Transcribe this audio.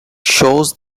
shows